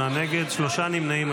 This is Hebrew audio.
51 בעד, 58 נגד, שלושה נמנעים.